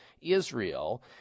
Israel